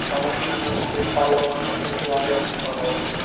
کھیٚنَس چیٚنَس بیٚیہِ پلو اننَس تتہِ چھِ واریاہ اصٕل پٔلو آسان